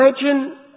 imagine